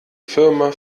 firma